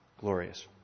glorious